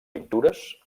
pintures